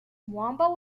wamba